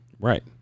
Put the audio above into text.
right